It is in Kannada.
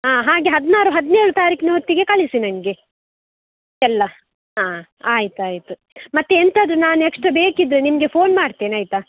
ಹಾಂ ಹಾಗೆ ಹದಿನಾರು ಹದಿನೇಳು ತಾರೀಕಿನ ಹೊತ್ತಿಗೆ ಕಳಿಸಿ ನನ್ಗೆ ಎಲ್ಲ ಹಾಂ ಆಯ್ತು ಆಯಿತು ಮತ್ತೆ ಎಂತಾದರು ನಾನು ಎಕ್ಸ್ಟ್ರ ಬೇಕಿದ್ದರೆ ನಿಮಗೆ ಫೋನ್ ಮಾಡ್ತೇನೆ ಆಯಿತಾ